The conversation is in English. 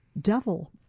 devil